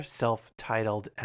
self-titled